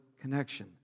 connection